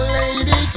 lady